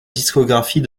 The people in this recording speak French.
discographie